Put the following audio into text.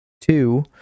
Two